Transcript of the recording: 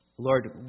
Lord